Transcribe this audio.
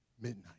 midnight